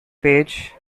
page